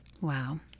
Wow